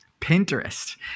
Pinterest